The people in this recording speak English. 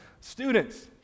students